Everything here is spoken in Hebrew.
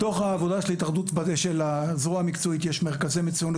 בתוך האגודה של הזרוע המקצועית יש מרכזי מצויינות